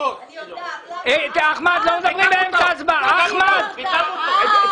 המטוס של ארדואן יותר זול.